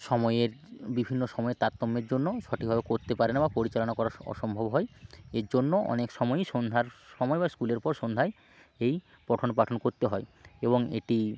সময়ের বিভিন্ন সময়ের তারতম্যের জন্য সঠিকভাবে করতে পারে না বা পরিচালনা করা অসম্ভব হয় এর জন্য অনেক সময়েই সন্ধ্যার সময় বা স্কুলের পর সন্ধ্যায় এই পঠনপাঠন করতে হয় এবং এটি